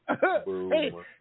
Hey